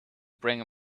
bring